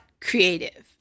creative